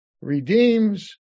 redeems